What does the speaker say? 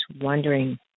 wondering